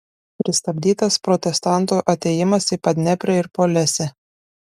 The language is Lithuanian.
pristabdytas protestantų atėjimas į padneprę ir polesę